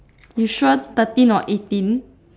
you sure thirteen or eighteen